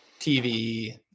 tv